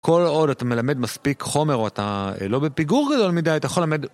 כל עוד, אתה מלמד מספיק חומר, אתה לא בפיגור גדול מדי, אתה יכול ללמד...